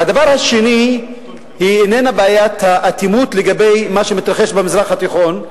והדבר השני הוא לא בעיית האטימות לגבי מה שמתרחש במזרח התיכון,